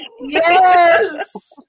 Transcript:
Yes